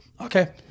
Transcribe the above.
Okay